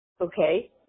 Okay